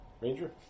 Ranger